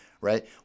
right